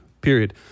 period